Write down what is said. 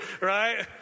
right